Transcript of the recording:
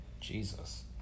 Jesus